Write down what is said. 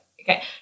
okay